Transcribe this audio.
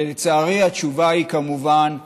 ולצערי, התשובה היא כמובן לא.